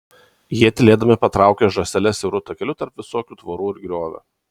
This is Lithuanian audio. jie tylėdami patraukė žąsele siauru takeliu tarp visokių tvorų ir griovio